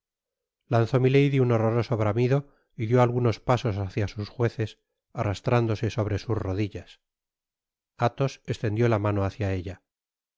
lanzó milady un horroroso bramido y dió algunos pasos hacia sus jueces arrastrándose sobre sus rodillas athos estendió la mano hácia ella